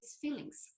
feelings